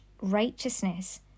righteousness